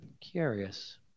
curious